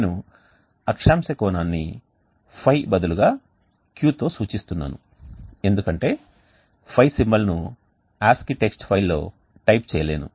నేను అక్షాంశ కోణాన్ని ϕ బదులుగా Qతో సూచిస్తున్నాను ఎందుకంటే ϕ సింబల్ ను ASCII టెక్స్ట్ ఫైల్లో టైప్ చేయలేను